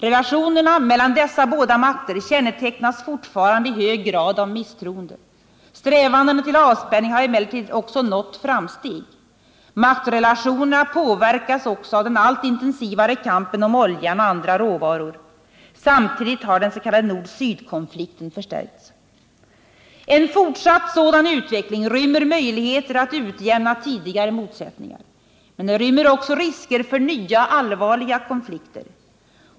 Relationerna mellan dessa båda makter kännetecknas fortfarande i hög grad av misstroende. Strävandena till avspänning har emellertid också nått framsteg. Maktrelationerna påverkas även av den allt intensivare kampen om oljan och andra råvaror. Samtidigt har den s.k. nord-sydkonflikten förstärkts. En fortsatt sådan utveckling rymmer möjligheter att utjämna tidigare motsättningar. Men den rymmer också risker för nya allvarliga konflikter.